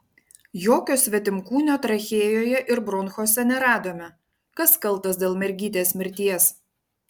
jokio svetimkūnio trachėjoje ir bronchuose neradome kas kaltas dėl mergytės mirties